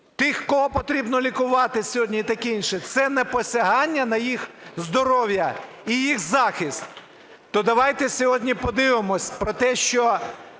тих, кого потрібно лікувати сьогодні і таке інше, це не посягання на їх здоров'я і їх захист? То давайте сьогодні подивимося про те, що